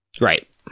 Right